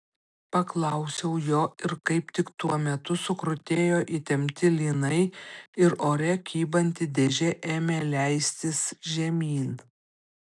paklausiau jo ir kaip tik tuo metu sukrutėjo įtempti lynai ir ore kybanti dėžė ėmė leistis žemyn